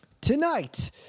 Tonight